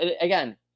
Again